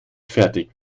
fertig